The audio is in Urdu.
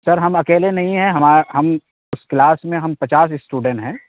سر ہم اکیلے نہیں ہیں ہمارا ہم اس کلاس میں ہم پچاس اسٹوڈن ہیں